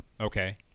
Okay